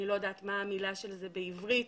אני לא יודעת מה המילה של זה בעברית